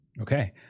Okay